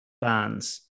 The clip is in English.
bands